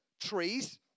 Trees